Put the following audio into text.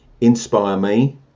inspireme